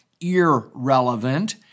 irrelevant